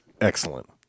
excellent